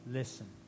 listen